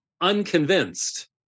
unconvinced